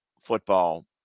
Football